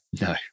no